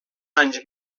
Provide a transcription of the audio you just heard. anys